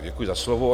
Děkuji za slovo.